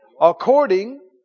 according